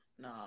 No